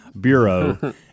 bureau